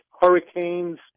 Hurricanes